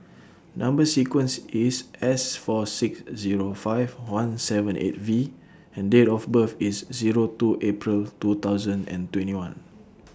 Number sequence IS S four six Zero five one seven eight V and Date of birth IS Zero two April two thousand and twenty one